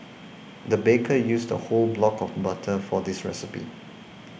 the baker used a whole block of butter for this recipe